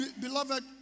beloved